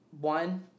one